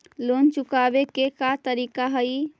Loan चुकावे के का का तरीका हई?